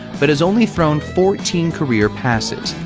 but has only thrown fourteen career passes.